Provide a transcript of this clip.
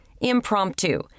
impromptu